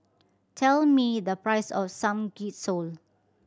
tell me the price of Samgyeopsal